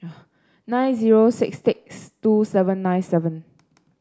nine zero six six two seven nine seven